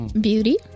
Beauty